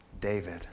David